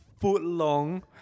foot-long